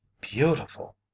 Beautiful